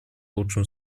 лучшем